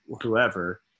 whoever